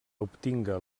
obtinga